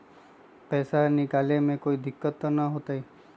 पैसा निकाले में कोई दिक्कत त न होतई?